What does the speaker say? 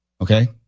Okay